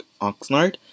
Oxnard